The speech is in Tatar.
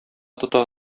тота